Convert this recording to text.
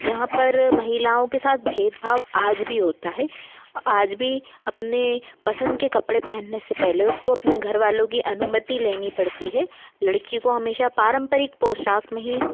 जहाँ पर महिलाओं के साथ भेदभाव आज भी होता है आज भी अपने पसंद के कपड़े पहनने से पहले उसको अपने घर वालों की अनुमति लेनी पड़ती है लड़कियों को हमेशा पारंपरिक पोशाक़ में ही